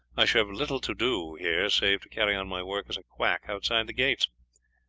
i shall have little to do here save to carry on my work as a quack outside the gates.